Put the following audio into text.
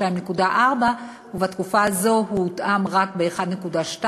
2.4 ובתקופה הזאת הוא הותאם רק ב-1.2,